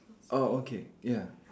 oh okay ya